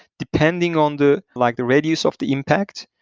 depending on the like the radius of the impact,